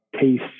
taste